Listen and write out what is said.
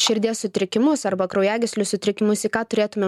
širdies sutrikimus arba kraujagyslių sutrikimus į ką turėtumėm